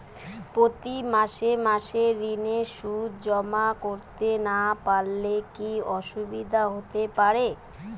প্রতি মাসে মাসে ঋণের সুদ জমা করতে না পারলে কি অসুবিধা হতে পারে?